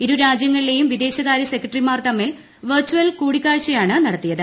ഇരുരാജ്യങ്ങളിലേയും വിദേശകാര്യ സെക്രട്ടറിമാർ ത്രിമ്മിൽ വെർചൽ കൂടിക്കാഴ്ചയാണ് നടത്തിയത്